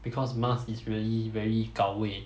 because mask is really very gao wei